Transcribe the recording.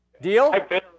Deal